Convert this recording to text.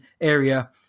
area